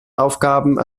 aufgaben